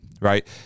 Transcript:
right